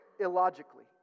illogically